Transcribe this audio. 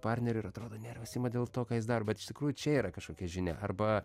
partneriu ir atrodo nervas ima dėl to ką jis daro bet iš tikrųjų čia yra kažkokia žinia arba